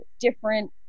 different